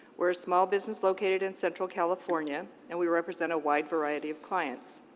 we're a small business located in central california and we represent a wide variety of clients.